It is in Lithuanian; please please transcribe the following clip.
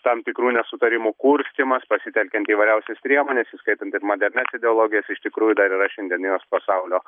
tam tikrų nesutarimų kurstymas pasitelkiant įvairiausias priemones įskaitant ir modernias ideologijas iš tikrųjų dar yra šiandieninio pasaulio